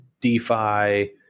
DeFi